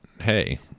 hey